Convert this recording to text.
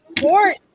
Court